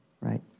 right